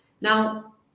Now